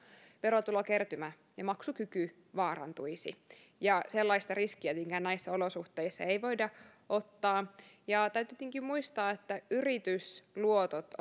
verotulokertymä ja maksukyky vaarantuisi ja sellaista riskiä näissä olosuhteissa ei voida ottaa täytyy tietenkin muistaa että yritysluotot